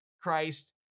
Christ